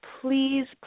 Please